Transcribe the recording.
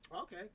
Okay